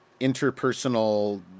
interpersonal